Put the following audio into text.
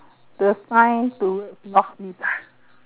the sign towards north east ah